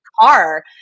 car